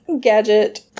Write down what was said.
Gadget